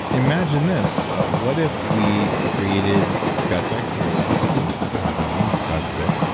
imagine this, what if we created gut bacteria and enzymes, god forbid,